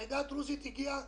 העדה הדרוזית הגיעה